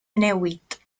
newid